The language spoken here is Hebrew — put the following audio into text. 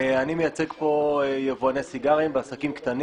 אני מייצג פה יבואני סיגרים ועסקים קטנים.